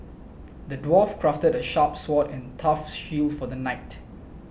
the dwarf crafted a sharp sword a tough shield for the knight